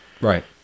Right